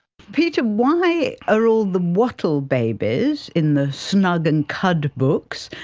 peter, why are all the wattle babies in the snug and cud books,